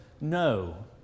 no